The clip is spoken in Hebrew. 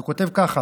אז הוא כותב ככה: